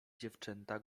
dziewczęta